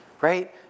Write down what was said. right